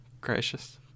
gracious